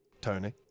Tony